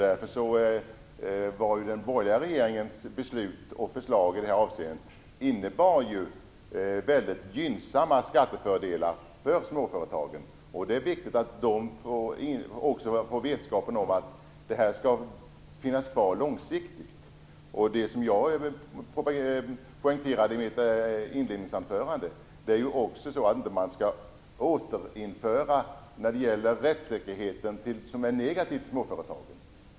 Därför innebar den borgerliga regeringens beslut och förslag i det här avseendet mycket gynnsamma skattefördelar för småföretagen. Det är viktigt att de får vetskap om att detta skall finnas kvar långsiktigt. I mitt inledningsanförande poängterade jag att man inte skall återinföra sådant som är negativt för småföretagen när det gäller rättssäkerheten. Det var detta jag påpekade.